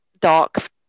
dark